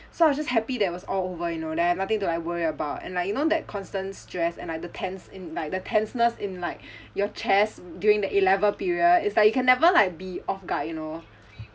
so I was just happy that it was all over you know there are nothing to like worry about and like you know that constant stress and like the tense in like the tenseness in like your chest during the A level period is like you can never like be off guard you know